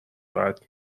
قطع